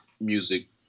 music